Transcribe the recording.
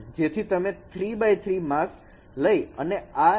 જેથી તમે 3x3 mass લઈ અને આ એક કેન્દ્રીય સ્થિતિ xy છે